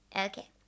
Okay